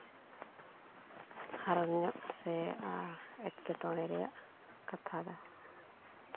ᱟᱨ ᱤᱧᱟᱹᱜ ᱥᱮ ᱮᱴᱠᱮᱴᱚᱬᱮ ᱨᱮᱭᱟᱜ ᱠᱟᱛᱷᱟ ᱫᱚ